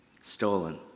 stolen